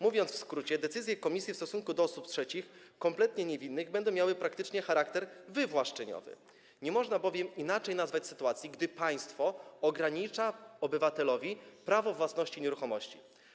Mówiąc w skrócie, decyzje komisji w stosunku do osób trzecich, kompletnie niewinnych, będą miały charakter praktycznie wywłaszczeniowy, nie można bowiem inaczej nazwać sytuacji, gdy państwo ogranicza obywatelowi prawo własności nieruchomości.